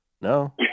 No